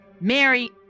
Mary